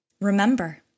remember